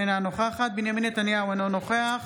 אינה נוכחת בנימין נתניהו, אינו נוכח